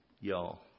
y'all